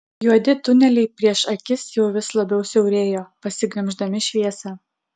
juodi tuneliai prieš akis jau vis labiau siaurėjo pasiglemždami šviesą